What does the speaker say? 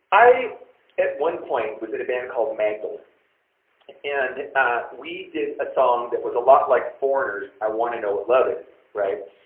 i at one point was in a band called magdallan and we did a song that was a lot like foreigner's i want to know what love is, right?